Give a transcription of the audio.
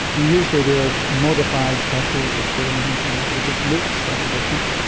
and usually they are modified petals or stamens and they just look slightly different.